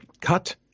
cut